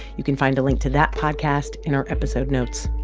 you can find a link to that podcast in our episode notes.